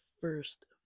first